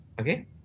Okay